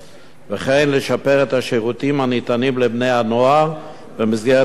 וכן לשפר את השירותים הניתנים לבני-הנוער במסגרת התוכנית.